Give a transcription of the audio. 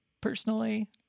personally